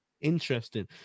interesting